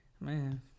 man